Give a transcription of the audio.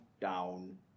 down